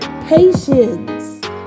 patience